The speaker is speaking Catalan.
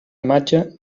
imatge